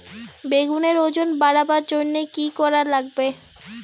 বেগুনের ওজন বাড়াবার জইন্যে কি কি করা লাগবে?